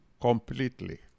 completely